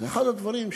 אחד הדברים,